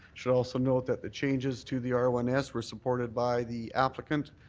should also note that the changes to the r one s were supported by the applicant.